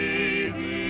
easy